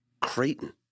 Creighton